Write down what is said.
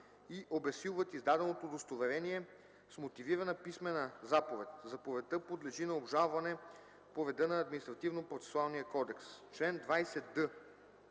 и обезсилват издаденото удостоверение с мотивирана писмена заповед. Заповедта подлежи на обжалване по реда на